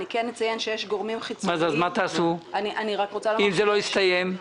אציין שיש גורמים חיצוניים --- מה תעשו אם זה לא יסתיים?